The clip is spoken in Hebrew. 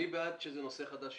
מי בעד ההחלטה שזה נושא חדש?